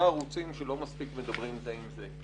ערוצים שלא מספיק מדברים זה עם זה.